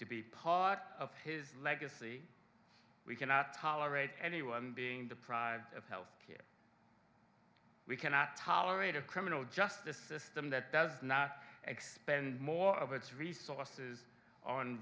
to be part of his legacy we cannot tolerate anyone being deprived of health care we cannot tolerate a criminal justice system that does not expend more of its resources on